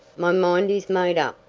my mind is made up,